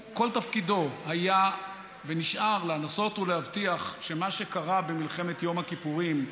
שכל תפקידו היה ונשאר לנסות ולהבטיח שמה שקרה במלחמת יום הכיפורים,